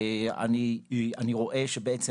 אני רואה שבעצם